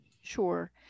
Sure